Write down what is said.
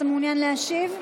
אתה מעוניין להשיב?